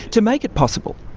to make it possible?